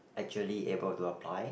actually able to apply